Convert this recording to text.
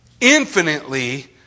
Infinitely